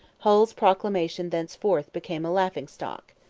hull's proclamation thenceforth became a laughing-stock.